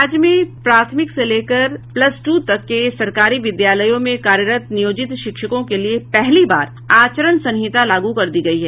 राज्य में प्राथमिक से लेकर प्लस टू तक के सरकारी विद्यालयों में कार्यरत नियोजित शिक्षकों के लिए पहली बार आचरण संहिता लागू कर दी गयी है